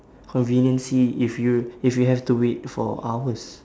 conveniency if you if you have to wait for hours